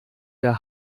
der